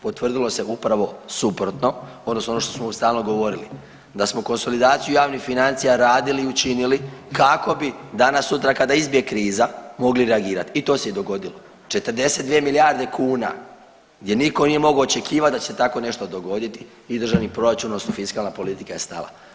Potvrdile su upravo suprotno, odnosno ono što smo stalno govorili, da smo konsolidaciju javnih financija radili i učinili kako bi danas-sutra kada izbije kriza, mogli reagirati i to se i dogodilo, 42 milijarde kuna gdje nitko nije mogao očekivat da će se tako nešto dogoditi, i državni proračun odnosno fiskalna politika je stala.